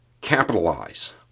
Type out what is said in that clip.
capitalize